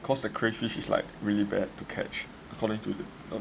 because the crayfish is like really bad to catch according to the